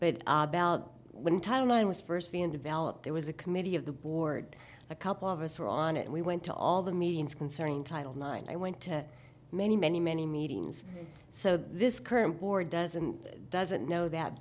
but when title nine was first being developed there was a committee of the board a couple of us were on it and we went to all the meetings concerning title nine i went to many many many meetings so this current board doesn't doesn't know that